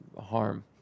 harm